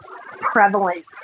prevalent